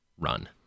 run